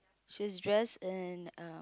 she is dress in a